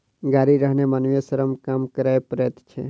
गाड़ी रहने मानवीय श्रम कम करय पड़ैत छै